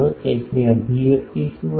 તેની અભિવ્યક્તિ શું હશે